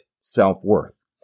self-worth